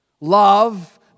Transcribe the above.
love